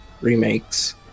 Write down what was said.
remakes